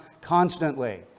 constantly